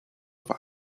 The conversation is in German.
war